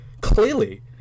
Clearly